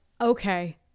okay